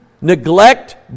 neglect